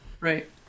Right